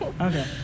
okay